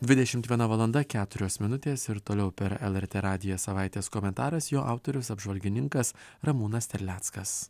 dvidešimt viena valanda keturios minutės ir toliau per lrt radiją savaitės komentaras jo autorius apžvalgininkas ramūnas terleckas